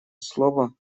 слово